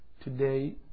today